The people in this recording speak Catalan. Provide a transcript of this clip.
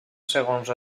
segons